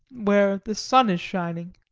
where the sun is shining.